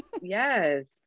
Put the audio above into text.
Yes